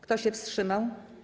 Kto się wstrzymał?